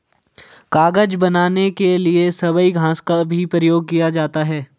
कागज बनाने के लिए सबई घास का भी प्रयोग किया जाता है